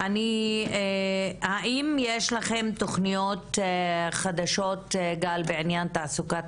האם יש לכם תוכניות חדשות בעניין תעסוקת